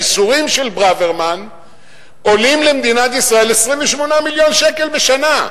הייסורים של ברוורמן עולים למדינת ישראל 28 מיליון שקל בשנה.